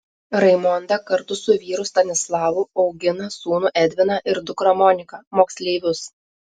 raimonda kartu su vyru stanislavu augina sūnų edviną ir dukrą moniką moksleivius